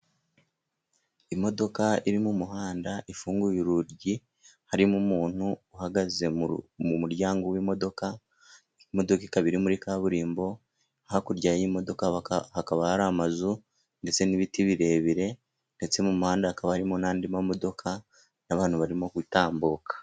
Imodoka iri mu muhanda ifunguye urugi, harimo umuntu uhagaze mu muryango w'imodoka. Imodoka ikaba iri muri kaburimbo. Hakurya y'imodoka hakaba hari amazu, ndetse n'ibiti birebire. Ndetse mu muhanda hakaba harimo n'andi mamodoka n'abantu barimo gutambuka.